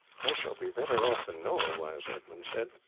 i shall be better off than noah was, edmund said,